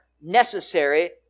necessary